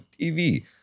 TV